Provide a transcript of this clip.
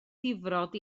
difrod